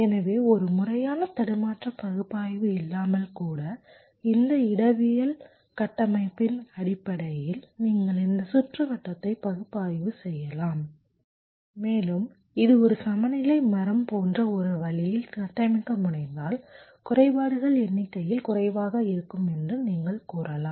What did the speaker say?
எனவே ஒரு முறையான தடுமாற்ற பகுப்பாய்வு இல்லாமல் கூட இந்த இடவியல் கட்டமைப்பின் அடிப்படையில் நீங்கள் இந்த சுற்றுவட்டத்தை பகுப்பாய்வு செய்யலாம் மேலும் இது ஒரு சமநிலை மரம் போன்ற ஒரு வழியில் கட்டமைக்க முடிந்தால் குறைபாடுகள் எண்ணிக்கையில் குறைவாக இருக்கும் என்று நீங்கள் கூறலாம்